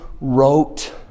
wrote